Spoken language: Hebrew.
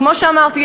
כמו שאמרתי,